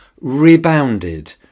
rebounded